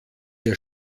der